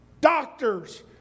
doctors